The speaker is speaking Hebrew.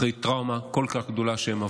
אחרי טראומה כל כך גדולה שהן עברו.